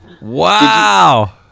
Wow